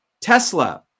Tesla